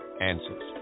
Answers